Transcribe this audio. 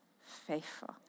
faithful